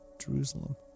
Jerusalem